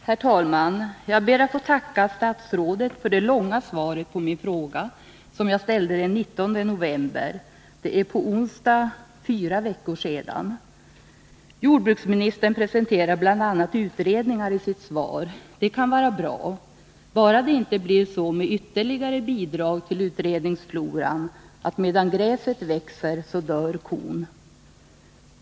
Herr talman! Jag ber att få tacka statsrådet för det långa svaret på min fråga, som jag ställde den 19 november. Det är på onsdag fyra veckor sedan. I sitt svar presenterade jordbruksministern bl.a. utredningar. Det kan vara bra. Bara det inte blir så med ytterligare bidrag till utredningsfloran att medan gräset växer, dör kon.